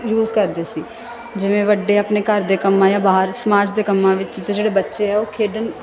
use ਕਰਦੇ ਸੀ ਜਿਵੇਂ ਵੱਡੇ ਆਪਣੇ ਘਰ ਦੇ ਕੰਮਾਂ ਜਾਂ ਬਾਹਰ ਸਮਾਜ ਦੇ ਕੰਮਾਂ ਵਿੱਚ ਅਤੇ ਜਿਹੜੇ ਬੱਚੇ ਆ ਉਹ ਖੇਡਣ